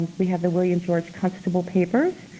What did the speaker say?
we have the william george constable papers,